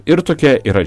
ir tokia yra